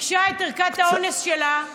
ביקשה את ערכת האונס שלה.